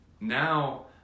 now